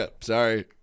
sorry